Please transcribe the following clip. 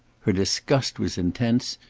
her disgust was intense,